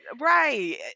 Right